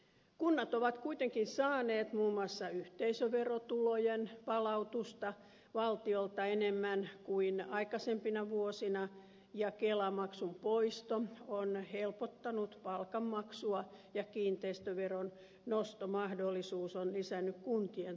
kunnat ovat kuitenkin saaneet muun muassa yhteisöverotulojen palautusta valtiolta enemmän kuin aikaisempina vuosina ja kelamaksun poisto on helpottanut palkanmaksua ja kiinteistöveron nostomahdollisuus on lisännyt kuntien tuloja